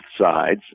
sides